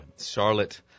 Charlotte